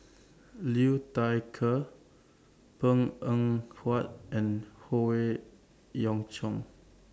Liu Thai Ker Png Eng Huat and Howe Yoon Chong